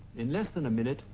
in less than a minute,